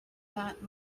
that